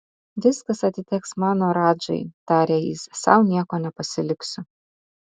viskas atiteks mano radžai tarė jis sau nieko nepasiliksiu